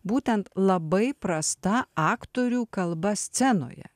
būtent labai prasta aktorių kalba scenoje